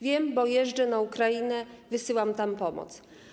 Wiem, bo jeżdżę na Ukrainę, wysyłam tam pomoc.